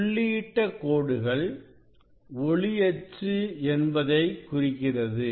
புள்ளியிட்ட கோடுகள் ஒளி அச்சு என்பதை குறிக்கிறது